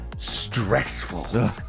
stressful